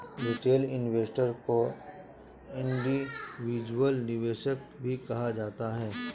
retail investor को individual निवेशक भी कहा जाता है